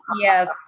yes